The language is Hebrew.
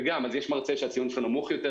וגם אז אם יש מרצה שהציון שלו נמוך יותר,